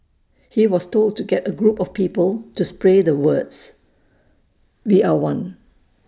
he was told to get A group of people to spray the words we are one